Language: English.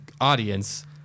audience